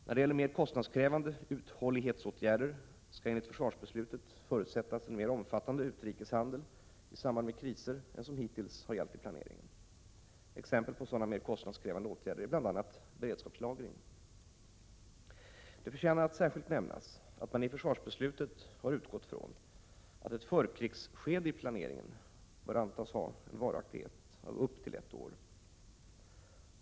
När det gäller mer kostnadskrävande uthållighetsåtgärder skall enligt försvarsbeslutet förutsättas en mer omfattande utrikeshandel i samband med kriser än som hittills gällt i planeringen. Exempel på sådana mer kostnadskrävande åtgärder är bl.a. beredskapslagring. Det förtjänar att särskilt nämnas att man i försvarsbeslutet har utgått från att ett förkrigsskede i planeringen bör antas ha en varaktighet av upp till ett år.